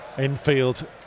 infield